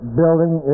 building